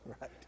Right